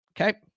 okay